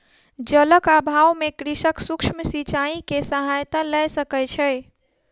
जलक अभाव में कृषक सूक्ष्म सिचाई के सहायता लय सकै छै